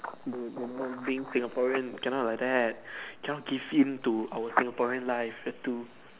dude you know being Singaporean cannot like that cannot give him to our Singaporean life have to